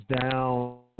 down